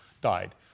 died